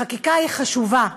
החקיקה חשובה,